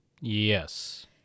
Yes